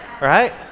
right